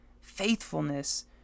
faithfulness